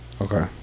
Okay